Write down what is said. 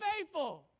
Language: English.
faithful